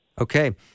Okay